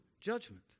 judgment